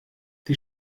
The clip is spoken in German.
die